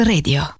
Radio